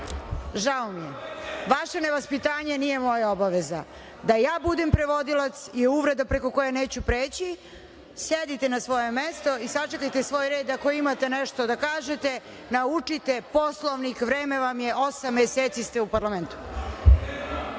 Žao mi je. Vaše nevaspitanje nije moja obaveza. Da je budem prevodilac je uvreda preko koje neću preći. Sedite na svoje mesto i sačekajte svoj red ako imate nešto da kažete. Naučite Poslovnik, vreme vam je, osam meseci ste u parlamentu. Polako